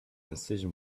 incision